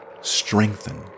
strengthened